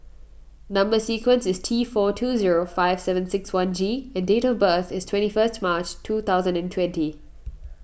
Number Sequence is T four two zero five seven six one G and date of birth is twenty first March two thousand and twenty